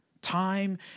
Time